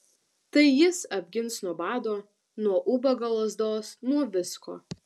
tai jis apgins nuo bado nuo ubago lazdos nuo visko